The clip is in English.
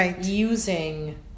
using